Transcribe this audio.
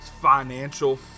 financial